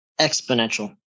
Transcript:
Exponential